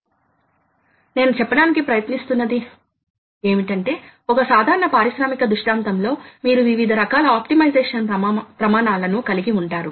కీవర్డ్లు యంత్రాలు మెటీరియల్ తొలగింపు rate part program load torque power feed drive ball స్క్రూCNC యంత్రాలు